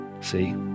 See